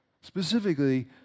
Specifically